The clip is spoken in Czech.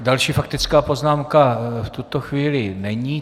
Další faktická poznámka v tuto chvíli není.